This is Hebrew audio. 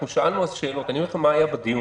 שאלנו שאלות ואני אומר לכם מה היה בדיון.